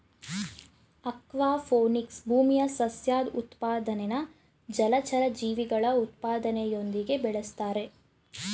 aquaponics ಭೂಮಿಯ ಸಸ್ಯದ್ ಉತ್ಪಾದನೆನಾ ಜಲಚರ ಜೀವಿಗಳ ಉತ್ಪಾದನೆಯೊಂದಿಗೆ ಬೆಳುಸ್ತಾರೆ